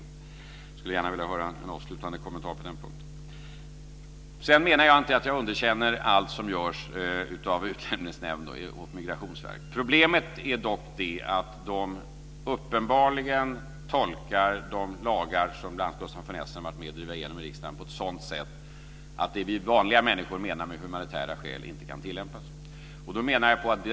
Jag skulle gärna vilja höra en avslutande kommentar på den punkten. Sedan menade jag inte att jag underkänner allt som görs av utlänningsnämnd och migrationsverk. Problemet är dock att man uppenbarligen tolkar de lagar som bl.a. Gustaf von Essen har varit med om att driva igenom i riksdagen på ett sådant sätt att det vi vanliga människor menar med humanitära skäl inte kan tillämpas.